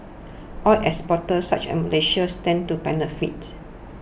oil exporters such Malaysia stand to benefit